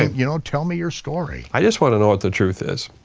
you know, tell me your story. i just wanna know what the truth is.